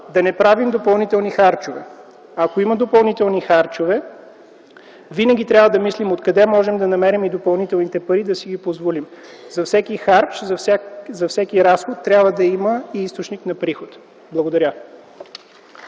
да не правим допълнителни харчове. Ако има допълнителни харчове, винаги трябва да мислим откъде можем да намерим и допълнителните пари да си ги позволим. За всеки харч, за всеки разход трябва да има и източник на приход. Благодаря.